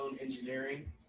engineering